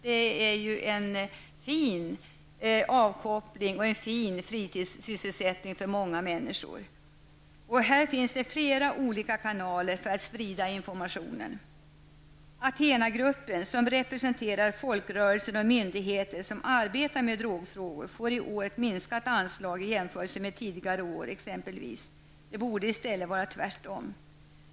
Det är ju en fin avkoppling och fritidssysselsättning för många människor. Där finns flera olika kanaler för att sprida informationen. ATHENA-gruppen som representerar folkrörelser och myndigheter som arbetar med drogfrågor får i år ett minskat anslag i jämförelse med tidigare år exempelvis. Det borde i stället vara tvärtom.